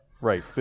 Right